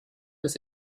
des